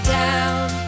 down